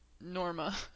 Norma